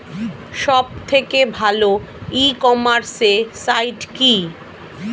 সব থেকে ভালো ই কমার্সে সাইট কী?